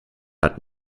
hat